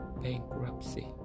bankruptcy